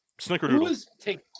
Snickerdoodle